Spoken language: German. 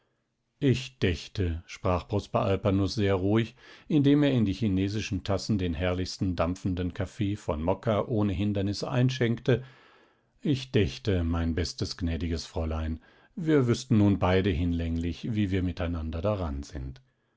ich dächte sprach prosper alpanus sehr ruhig indem er in die chinesischen tassen den herrlichsten dampfenden kaffee von mokka ohne hindernis einschenkte ich dächte mein bestes gnädiges fräulein wir wüßten beide nun hinlänglich wie wir miteinander daran sind